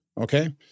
okay